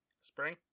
Spring